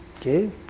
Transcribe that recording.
Okay